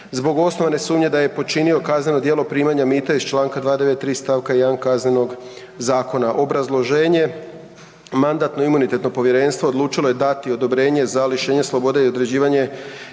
zbog osnovane sumnje da je počinio kazneno djelo primanja mita iz čl. 293. st. 1. Kaznenog zakona. Obrazloženje: Mandatno-imunitetno povjerenstvo odlučilo je dati odobrenja za lišenje slobode i određivanje